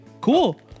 Cool